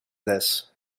this